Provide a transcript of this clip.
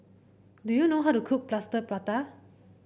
do you know how to cook Plaster Prata